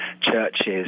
churches